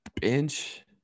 bench